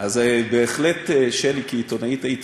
את בהחלט שֵם, כי כעיתונאית היית